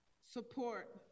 support